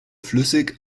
flüssig